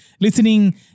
listening